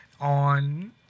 on